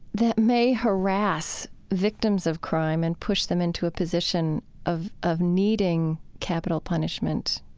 that may harass victims of crime and push them into a position of of needing capital punishment